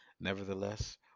Nevertheless